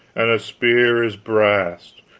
and a spear is brast,